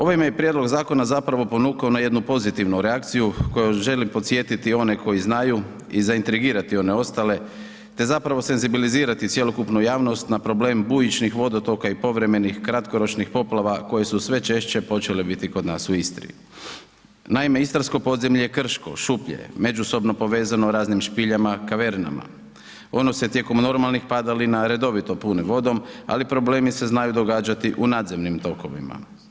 Ovaj me i prijedlog zakona zapravo ponukao na jednu pozitivnu reakciju kojom želim podsjetiti one koji znaju i zaintrigirati one ostale te zapravo senzibilizirati cjelokupnu javnost na problem bujičnih vodotoka i povremenih kratkoročnih poplava koje su sve češće počele biti kod nas u Istri. naime, sitarsko podzemlje je krško, šuplje je, međusobno povezano raznim špiljama, kavernama, ono se tijekom normalnih padalina redovito puni vodom ali problemi se znaju događati u nadzemnim tokovima.